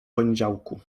poniedziałku